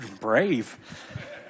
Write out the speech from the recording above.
brave